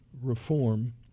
reform